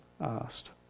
asked